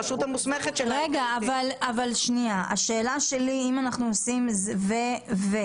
אם אנחנו כותבים "ו",